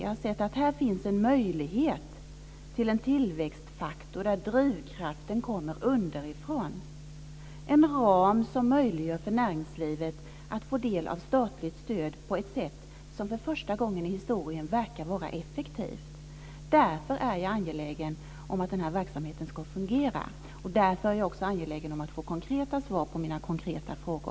Jag har sett att det här finns en möjlighet till en tillväxtfaktor där drivkraften kommer underifrån, en ram som möjliggör för näringslivet att få del av statligt stöd på ett sätt som för första gången i historien verkar vara effektivt. Därför är jag angelägen om att den här verksamheten ska fungera. Därför är jag också angelägen om att få konkreta svar på mina konkreta frågor.